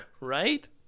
right